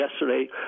yesterday